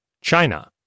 China